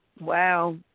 Wow